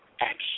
action